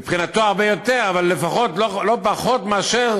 מבחינתנו, הרבה יותר, אבל לפחות לא פחות מאשר